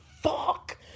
fuck